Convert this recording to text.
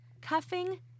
Cuffing